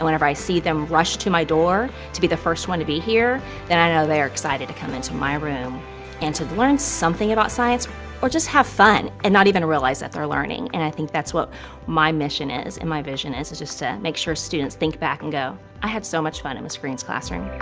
whenever i see them rush to my door to be the first one, to be here then i know they are excited to come into my room and to learn something about science or just have fun and not even realize that they're learning and i think that's what my mission is and my vision is is to just make sure students think back and go i had so much fun in ms. green's classroom.